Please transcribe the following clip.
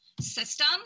system